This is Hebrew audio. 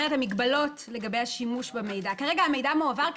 המגבלות לגבי השימוש במידע כרגע המידע מועבר,